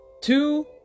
two